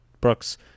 Brooks